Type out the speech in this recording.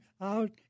out